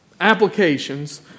applications